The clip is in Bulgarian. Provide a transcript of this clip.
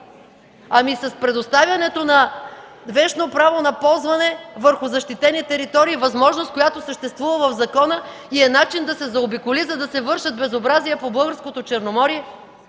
Ами с предоставянето на вещно право на ползване върху защитени територии – възможност, която съществува в закона и е начин да се заобиколи, за да се вършат безобразия по българското Черноморие?